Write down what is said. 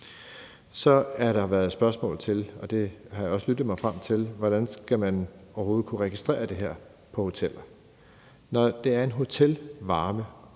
Så har der været spørgsmål om – det har jeg også lyttet mig frem til – hvordan man overhovedet skal kunne registrere det her på hoteller. Når det er hotelvarme,